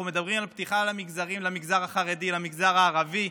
אנחנו מדברים על פתיחה למגזר החרדי, למגזר הערבי,